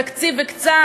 תקציב וקצת,